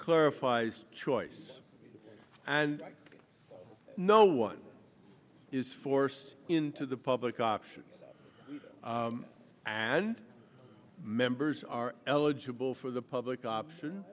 clarifies choice and no one is forced into the public option and members are eligible for the public option